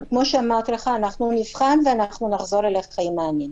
כמו שאמרתי לך, נבחן ונחזור אליך עם מענה.